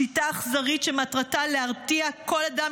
שיטה אכזרית שמטרתה להרתיע כל אדם